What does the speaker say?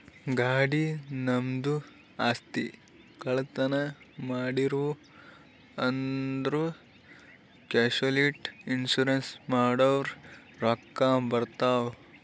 ಗಾಡಿ, ನಮ್ದು ಆಸ್ತಿ, ಕಳ್ತನ್ ಮಾಡಿರೂ ಅಂದುರ್ ಕ್ಯಾಶುಲಿಟಿ ಇನ್ಸೂರೆನ್ಸ್ ಮಾಡುರ್ ರೊಕ್ಕಾ ಬರ್ತಾವ್